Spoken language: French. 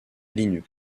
linux